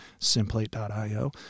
Simplate.io